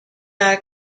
are